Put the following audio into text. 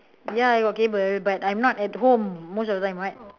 ya I got cable but I'm not at home most of the time what